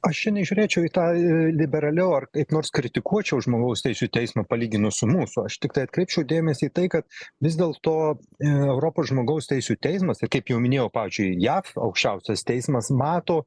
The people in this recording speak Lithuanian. aš čia nežiūrėčiau į tą liberaliau ar kaip nors kritikuočiau žmogaus teisių teismą palyginus su mūsų aš tiktai atkreipčiau dėmesį į tai kad vis dėl to europos žmogaus teisių teismas ir kaip jau minėjau pavyzdžiui jav aukščiausias teismas mato